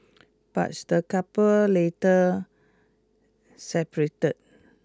but the couple later separated